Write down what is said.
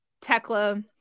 Tekla